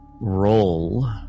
Roll